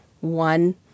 one